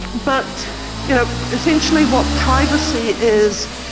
but you know essentially what privacy is,